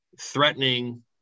threatening